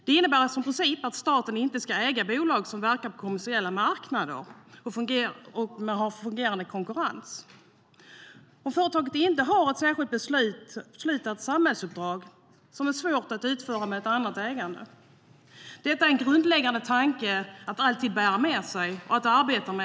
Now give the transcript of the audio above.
Det innebär som princip att staten inte ska äga bolag som verkar på kommersiella marknader med fungerande konkurrens, om företaget inte har ett särskilt beslutat samhällsuppdrag som är svårt att utföra med ett annat ägande. Detta är en grundläggande tanke att alltid bära med sig och att arbeta med.